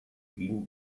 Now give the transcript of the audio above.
ihn